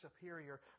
superior